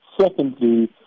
Secondly